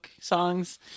songs